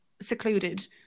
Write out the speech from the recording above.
secluded